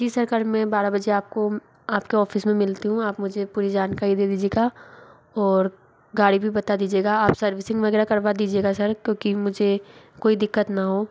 जी sir मैं कल बारह बजे आपको आपके ऑफिस में मिलती हूँ आप मुझे पूरी जानकारी दे दीजियेगा और गाड़ी भी बता दीजियेगा आप सर्विसिंग वगैरह करवा दीजियेगा सर क्योंकि मुझे कोई दिक्कत न हो